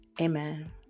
Amen